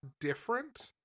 different